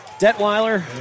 Detweiler